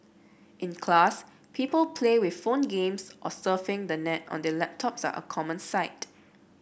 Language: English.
in class people play with phone games or surfing the net on their laptops are a common sight